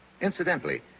Incidentally